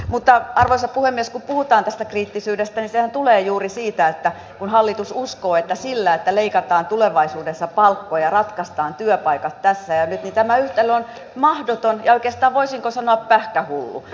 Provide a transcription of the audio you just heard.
mutta arvoisa puhemies kun puhutaan tästä kriittisyydestä niin sehän tulee juuri siitä että kun hallitus uskoo että sillä että leikataan tulevaisuudessa palkkoja ratkaistaan työpaikat tässä ja nyt niin tämä yhtälö on mahdoton ja oikeastaan voisinko sanoa pähkähullu